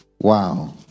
Wow